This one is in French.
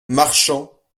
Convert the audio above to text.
marchant